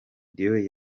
dion